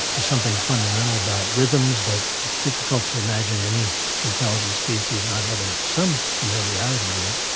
there's something fundamental about rhythms that it's difficult to imagine any intelligent species not having some familiarity with.